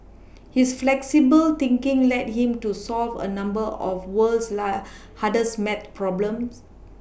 his flexible thinking led him to solve a number of the world's hardest math problems